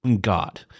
God